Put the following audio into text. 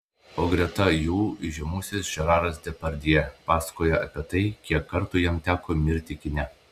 o greta jų įžymusis žeraras depardjė pasakoja apie tai kiek kartų jam teko mirti kine